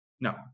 no